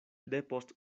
depost